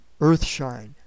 Earthshine